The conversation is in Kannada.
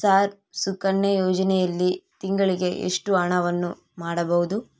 ಸರ್ ಸುಕನ್ಯಾ ಯೋಜನೆಯಲ್ಲಿ ತಿಂಗಳಿಗೆ ಎಷ್ಟು ಹಣವನ್ನು ಹಾಕಬಹುದು?